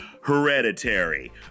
Hereditary